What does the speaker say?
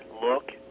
look